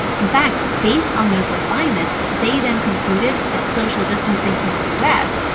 in fact, based on those refinements, they then concluded that social distancing in the u s.